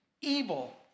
evil